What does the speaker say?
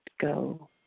go